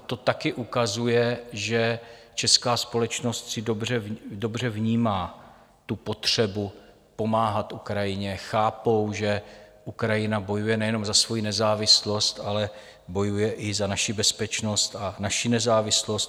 To také ukazuje, že česká společnost dobře vnímá tu potřebu pomáhat Ukrajině, chápou, že Ukrajina bojuje nejenom za svoji nezávislost, ale bojuje i za naši bezpečnost a naši nezávislost.